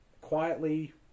quietly